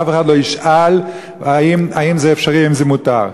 ואף אחד לא ישאל אם זה אפשרי ואם זה מותר.